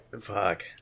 fuck